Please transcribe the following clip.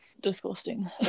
disgusting